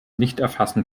nichterfassen